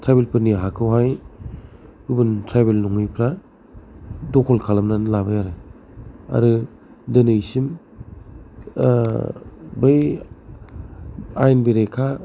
tribal फोरनि हाखौ हाय गुबुन ट्राइबेल नङैफ्रा दखल खालामनानै लाबाय आरो आरो दिनैसिम बै आयेन बेरेखा